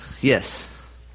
Yes